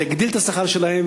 זה יגדיל את השכר שלהם,